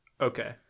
Okay